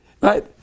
right